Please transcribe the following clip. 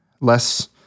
less